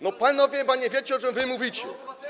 No, panowie, chyba nie wiecie, o czym wy mówicie.